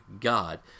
God